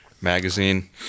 magazine